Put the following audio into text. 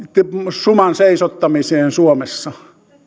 suman seisottamiseen suomessa